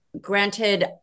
Granted